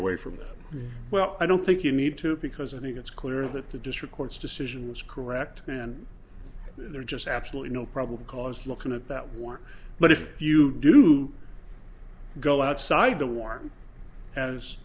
away from well i don't think you need to because i think it's clear that the district court's decision was correct and they're just absolutely no probable cause looking at that one but if you do go outside the war as